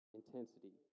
intensity